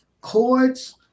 chords